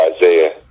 Isaiah